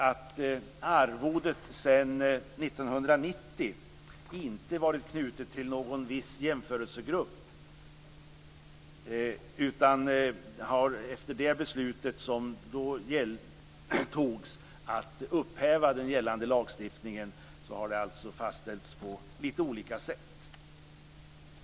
Arvodet har sedan 1990 inte varit knutit till någon viss jämförelsegrupp utan har efter det beslut som då togs om upphävande av den gällande lagstiftningen fastställts på lite olika sätt.